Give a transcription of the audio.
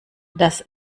dass